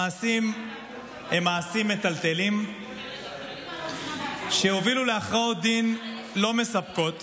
המעשים הם מעשים מטלטלים שהובילו להכרעות דין לא מספקות